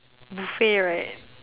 okay you're right